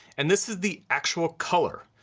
and this is the actual color.